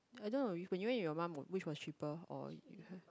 I don't know when you went with your mum which was cheaper or you